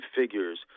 figures